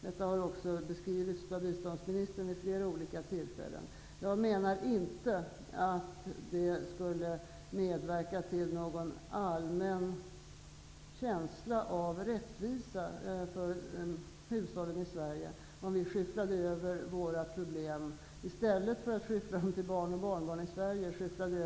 Det har också vid flera olika tillfällen beskrivits av biståndsministern. Att skyffla över våra problem på människor i tredje världen, i stället för på våra barn och barnbarn, skulle inte medverka